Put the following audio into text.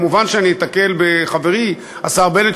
מובן שאני אתקל בחברי השר בנט,